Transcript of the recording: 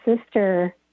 sister